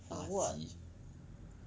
打击